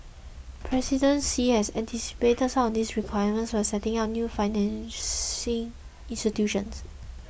President Xi has anticipated some of these requirements by setting up new financing institutions